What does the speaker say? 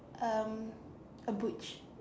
um a butch